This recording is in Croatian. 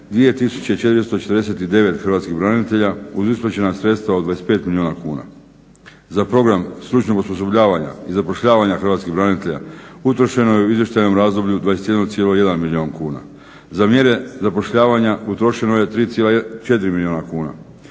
2449 hrvatskih branitelja uz isplaćena sredstva od 25 milijuna kuna. Za program stručnog osposobljavanja i zapošljavanja hrvatskih branitelja utrošeno je u izvještajnom razdoblju 21,1 milijuna kuna, za mjere zapošljavanja utrošeno je 3,4 milijuna kuna,